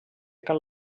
cal